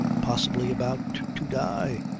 possibly about to die,